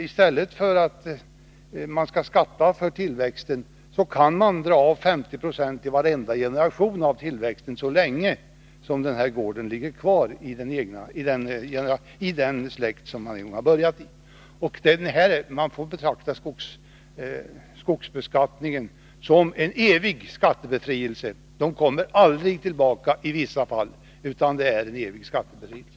I stället för att skatta för tillväxten kan man ju dra av 50 96 av tillväxten i varenda generation — så länge gården i fråga ligger kvar i samma släkt. Man får alltså anse att skogsbeskattningen innebär en evig skattebefrielse. De avdragna skattemedlen kommer i vissa fall aldrig tillbaka till staten, utan det är som sagt en evig skattebefrielse!